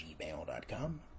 gmail.com